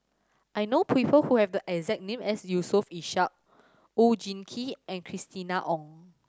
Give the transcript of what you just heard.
I know people who have the exact name as Yusof Ishak Oon Jin Gee and Christina Ong